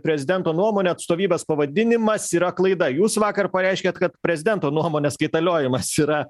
prezidento nuomone atstovybės pavadinimas yra klaida jūs vakar pareiškėt kad prezidento nuomonės kaitaliojimas yra